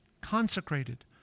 consecrated